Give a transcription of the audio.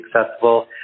accessible